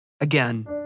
again